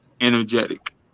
energetic